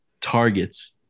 targets